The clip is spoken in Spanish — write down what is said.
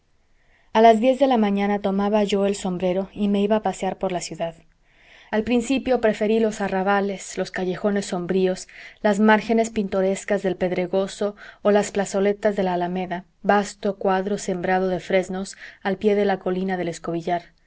a las diez de la mañana tomaba yo el sombrero y me iba a pasear por la ciudad al principio preferí los arrabales los callejones sombríos las márgenes pintorescas del pedregoso o las plazoletas de la alameda vasto cuadro sembrado de fresnos al pie de la colina del escobillar